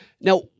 Now